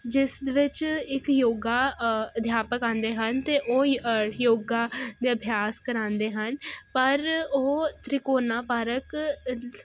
ਜਿਸ ਵਿੱਚ ਇੱਕ ਯੋਗਾ ਅਧਿਆਪਕ ਆਂਦੇ ਹਨ ਤੇ ਓ ਯੋਗਾ ਦਾ ਅਭਿਆਸ ਕਰਾਂਦੇ ਹਨ ਪਰ ਉਹ ਤ੍ਰਿਕੋਨਾ ਪਾਰਕ